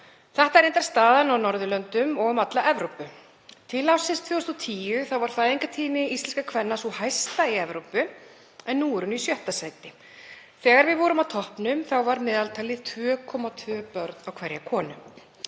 Þetta er reyndar staðan á Norðurlöndum og um alla Evrópu. Til ársins 2010 var fæðingartíðni íslenskra kvenna sú hæsta í Evrópu en nú er hún í sjötta sæti. Þegar við vorum á toppnum var meðaltalið 2,2 börn á hverja konu.